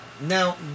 Now